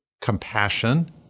compassion